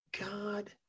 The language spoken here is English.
God